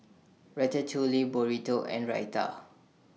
Ratatouille Burrito and Raita